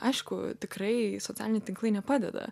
aišku tikrai socialiniai tinklai nepadeda